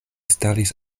staris